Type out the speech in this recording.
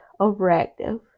overactive